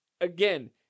Again